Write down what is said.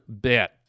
bit